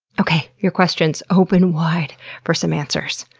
okay, your questions. open wide for some answers.